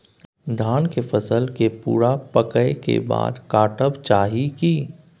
धान के फसल के पूरा पकै के बाद काटब चाही की?